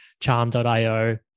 Charm.io